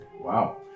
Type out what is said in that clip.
Wow